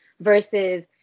versus